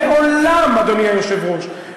אדוני היושב-ראש,